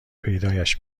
پیدایش